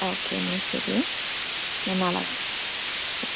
okay എന്നാൽ ശരിയെ ഞാൻ നാളെ വരാം